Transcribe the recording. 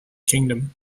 kingdom